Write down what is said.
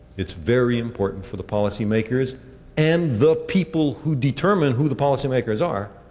it's very important for the policymakers and the people who determine who the policymakers are,